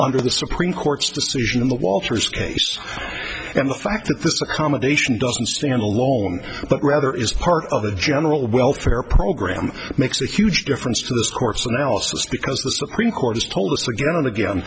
under the supreme court's decision in the walters case and the fact that this accommodation doesn't stand alone but rather is part of the general welfare program makes a huge difference to this course analysis because the supreme court has told us again and again